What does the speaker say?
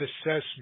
assessment